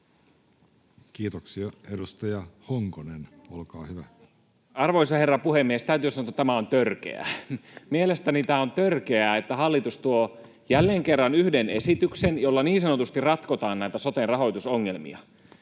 Kiitoksia. — Edustaja Honkonen, olkaa hyvä. Arvoisa herra puhemies! Täytyy sanoa, että tämä on törkeää. Mielestäni tämä on törkeää, että hallitus tuo jälleen kerran yhden esityksen, jolla niin sanotusti ratkotaan näitä sote-rahoitusongelmia,